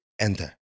Enter